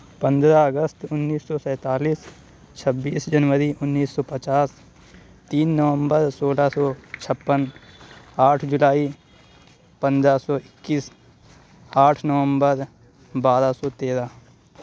پندرہ اگست اُنیس سو سینتالیس چھبیس جنوری اُنیس سو پچاس تین نومبر سولہ سو چھپن آٹھ جولائی پندرہ سو اکیس آٹھ نومبر بارہ سو تیرہ